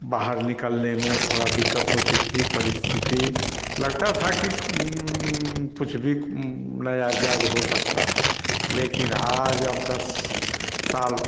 बाहर निकलने में थोड़ा दिक्कत होती थी परिस्थिति लगता था कि कुछ भी नाजायज़ हो सकता है लेकिन आज अब दस साल